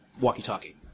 walkie-talkie